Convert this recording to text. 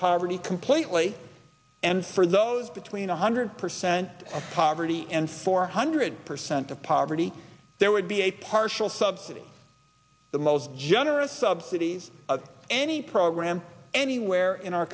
poverty completely and for those between one hundred percent of poverty and four hundred percent of poverty there would be a partial subsidy the most generous subsidies of any program anywhere in our